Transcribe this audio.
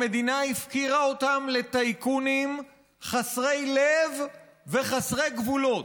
המדינה הפקירה אותם לטייקונים חסרי לב וחסרי גבולות.